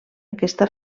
aquesta